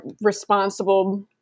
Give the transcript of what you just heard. responsible